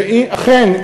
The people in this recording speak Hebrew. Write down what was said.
ואכן,